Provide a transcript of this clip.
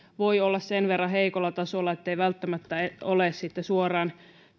voi olla sen verran heikolla tasolla ettei välttämättä sitten ole suoraan